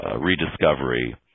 rediscovery